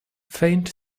faint